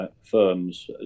firms